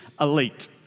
elite